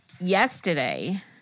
yesterday